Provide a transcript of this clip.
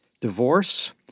Divorce